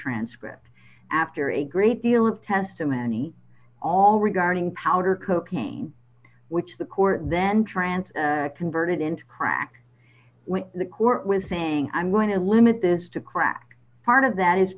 transcript after a great deal of testimony all regarding powder cocaine which the court then trance converted into crack with the court with saying i'm going to limit this to crack part of that is